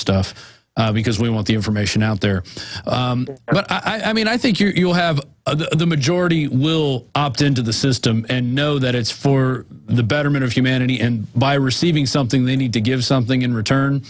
stuff because we want the information out there i mean i think you'll have the majority will opt into the system and know that it's for the betterment of humanity and by receiving something they need to give something in return